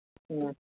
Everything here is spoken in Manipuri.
ꯎꯝ